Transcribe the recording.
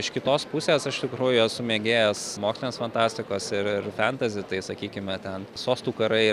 iš kitos pusės aš iš tikrųjų esu mėgėjas mokslinės fantastikos ir ir fentazi tai sakykime ten sostų karai